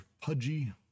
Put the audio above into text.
pudgy